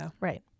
Right